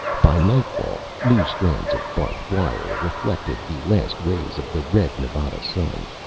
by nightfall, new strands of barbed wire reflected the last rays of the red nevada sun.